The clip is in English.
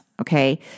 okay